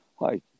hi